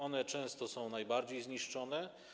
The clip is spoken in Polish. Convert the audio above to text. One często są najbardziej zniszczone.